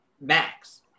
Max